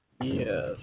Yes